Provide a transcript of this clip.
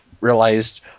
realized